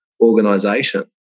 organization